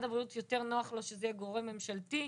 הבריאות יותר נוח לו שזה יהיה גורם ממשלתי,